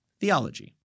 theology